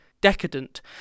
decadent